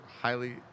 highly